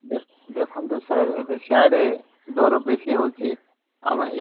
ଦେଖ ଦେଖନ୍ତୁ ସାର୍ ଏବେ ସିଆଡ଼େ ଦର ବେଶୀ ହେଉଛି ଆମେ ଇଏ